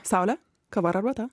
saulė kava arbata